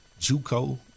JUCO